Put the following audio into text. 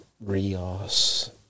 Rios